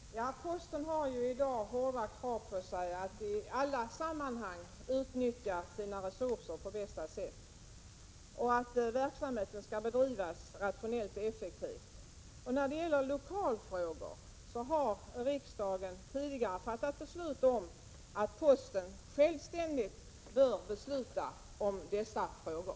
Herr talman! Posten har i dag hårda krav på sig att i alla sammanhang utnyttja sina resurser på bästa sätt och att verksamheten skall bedrivas rationellt och effektivt. Riksdagen har tidigare fattat beslut om att posten självständigt bör besluta om regionalpolitiska frågor.